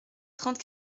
trente